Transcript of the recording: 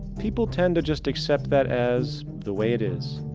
people tend to just accept that as the way it is,